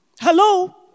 Hello